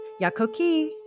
Yakoki